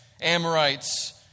Amorites